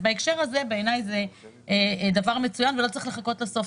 בהקשר הזה, זה דבר מצוין ולא צריך לחכות לסוף.